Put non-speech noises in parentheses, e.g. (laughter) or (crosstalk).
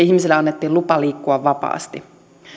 (unintelligible) ihmisille annettiin lupa liikkua vapaasti